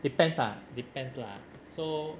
depends ah depends lah so